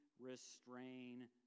restrain